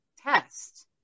test